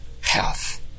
health